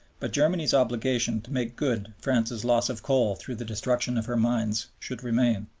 but germany's obligation to make good france's loss of coal through the destruction of her mines should remain.